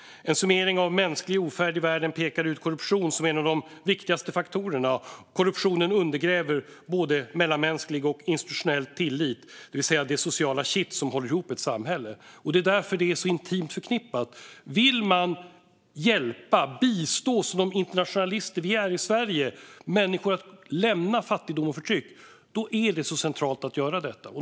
En summering av mänsklig ofärd i världen pekar ut korruption som en av de viktigaste faktorerna. Korruptionen undergräver både mellanmänsklig och institutionell tillit, det vill säga det sociala kitt som håller ihop ett samhälle. Det är därför det här är så intimt förknippat. Vill man, som de internationalister vi är i Sverige, hjälpa och bistå människor att lämna fattigdom och förtryck är det centralt att göra detta.